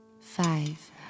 five